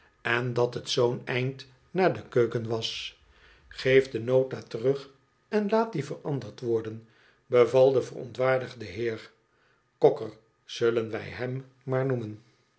en dat het zoo'n eind naar de keuken was geef de nota terug en laat die veranderd worden beval de verontwaardigde heer cocker zullen wij hem maar noemen